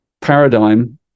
paradigm